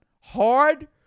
hard